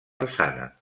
façana